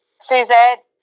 Suzette